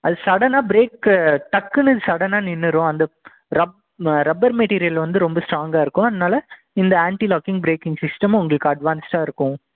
அது சடனாக பிரேக்கு டக்குன்னு சடனாக நின்னுரும் அந்த ரப் ரப்பர் மெட்டீரியல் வந்து ரொம்ப ஸ்ட்ராங்காக இருக்கும் அதனால் இந்த ஆன்டி லாக்கிங் பிரேக்கிங் சிஸ்டம் உங்களுக்கு அட்வான்ஸ்டாக இருக்கும்